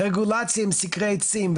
רגולציה עם סקרי עצים.